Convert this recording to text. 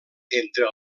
entre